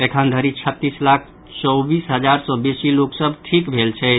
एखन धरि छत्तीस लाख चौबीस हजार सँ बेसी लोक सभ ठीक भेल छथि